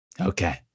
Okay